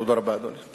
תודה רבה, אדוני.